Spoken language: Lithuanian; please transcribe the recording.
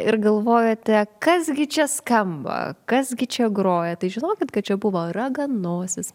ir galvojate kas gi čia skamba kas gi čia groja tai žinokit kad čia buvo raganosis